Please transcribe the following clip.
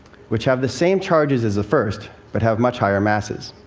which have the same charges as the first but have much higher masses.